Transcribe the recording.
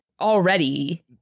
already